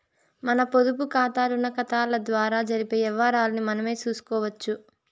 మన పొదుపుకాతా, రుణాకతాల ద్వారా జరిపే యవ్వారాల్ని మనమే సూసుకోవచ్చు